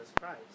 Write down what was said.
Christ